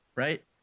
Right